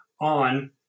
on